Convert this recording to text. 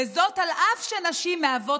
וזאת על אף שנשים מהוות